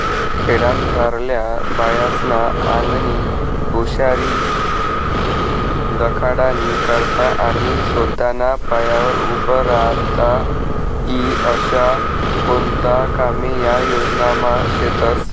खेडामझारल्या बायास्ना आंगनी हुशारी दखाडानी करता आणि सोताना पायावर उभं राहता ई आशा कोणता कामे या योजनामा शेतस